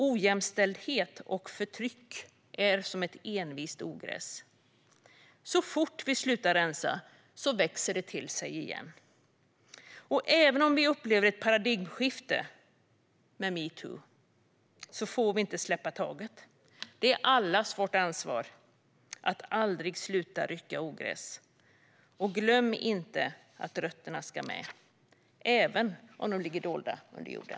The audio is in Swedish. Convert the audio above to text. Ojämställdhet och förtryck är som envist ogräs: Så fort vi slutar rensa växer det till sig igen. Även om vi upplever ett paradigmskifte med metoo får vi inte släppa taget. Det är allas vårt ansvar att aldrig sluta rycka ogräs. Och glöm inte att rötterna ska med, även om de ligger dolda under jorden.